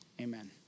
Amen